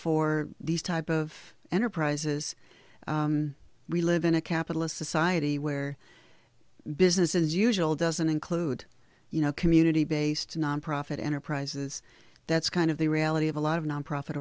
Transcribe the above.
for these type of enterprises we live in a capitalist society where business as usual doesn't include you know community based nonprofit enterprises that's kind of the reality of a lot of nonprofit